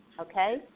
okay